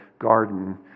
garden